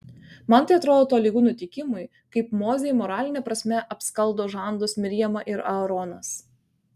man tai atrodo tolygu nutikimui kaip mozei moraline prasme apskaldo žandus mirjama ir aaronas